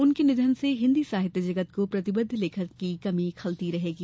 उनके निधन से हिंदी साहित्य जगत को प्रतिबद्द लेखक की कमी खलती रहेगी